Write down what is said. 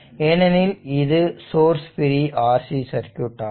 ஏனெனில் இது source free RC circuit ஆகும்